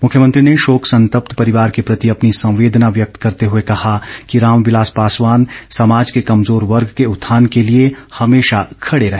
मुख्यमंत्री ने शोक संतप्त परिवार के प्रति अपनी संवेदना व्यक्त करते हुए कहा कि रामविलास पासवान समाज के कमजोर वर्ग के उत्थान के लिए हमेशा खड़े रहे